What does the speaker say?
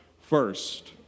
first